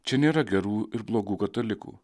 čia nėra gerų ir blogų katalikų